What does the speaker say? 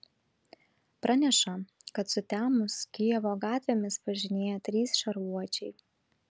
praneša kad sutemus kijevo gatvėmis važinėja trys šarvuočiai